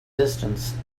distance